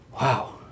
Wow